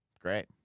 Great